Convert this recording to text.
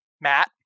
Matt